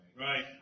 Right